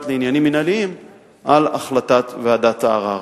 לעניינים מינהליים על החלטת ועדת הערר.